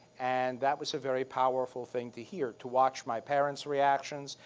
and that was a very powerful thing to hear, to watch my parents' reactions,